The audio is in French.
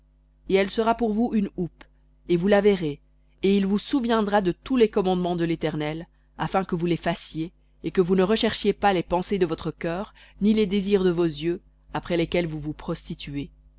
et elle sera pour vous une houppe et vous la verrez et il vous souviendra de tous les commandements de l'éternel afin que vous les fassiez et que vous ne recherchiez pas votre cœur ni vos yeux après lesquels vous vous prostituez